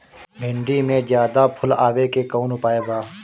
भिन्डी में ज्यादा फुल आवे के कौन उपाय बा?